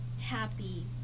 happy